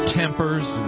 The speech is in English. tempers